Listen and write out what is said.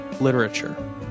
Literature